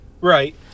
Right